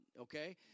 okay